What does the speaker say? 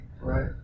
right